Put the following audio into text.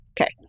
Okay